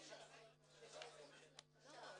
בשעה 12:45.